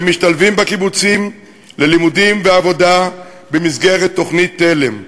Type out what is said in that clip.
שמשתלבים בקיבוצים ללימודים ועבודה במסגרת תוכנית תל"מ.